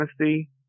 honesty